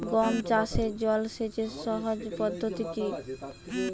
গম চাষে জল সেচের সহজ পদ্ধতি কি?